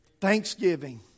Thanksgiving